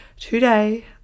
today